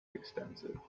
extensive